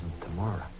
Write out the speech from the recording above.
tomorrow